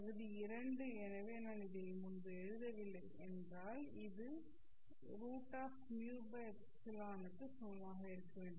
பகுதி 2 எனவே நான் இதை முன்பு எழுதவில்லை என்றால் இது √με க்கு சமமாக இருக்க வேண்டும்